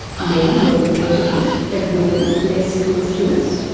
men more competitive and women less promiscuous?